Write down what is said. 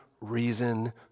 reason